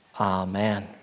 Amen